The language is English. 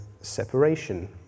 separation